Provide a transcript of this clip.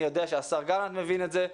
אני יודע שהשר גלנט מבין את זה,